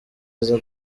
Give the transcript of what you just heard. aza